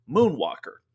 Moonwalker